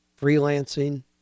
freelancing